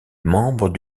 membre